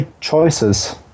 choices